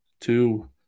Two